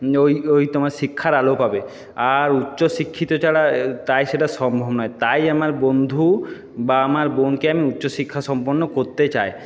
ওই ওই তোমার শিক্ষার আলো পাবে আর উচ্চশিক্ষিত ছাড়া তাই সেটা সম্ভব নয় তাই আমার বন্ধু বা আমার বোনকে আমি উচ্চশিক্ষা সম্পন্ন করতে চাই